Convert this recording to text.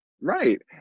Right